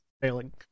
Failing